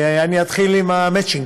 אני אתחיל עם המצ'ינג.